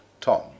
Tom